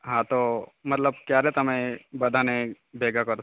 હા તો મતલબ ક્યારે તમે બધાને ભેગા કરશો